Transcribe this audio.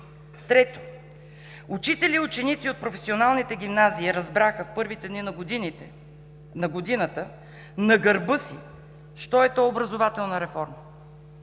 Трето, учители и ученици от професионалните гимназии разбраха в първите дни на годината на гърба си що е то образователна реформа.